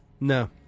No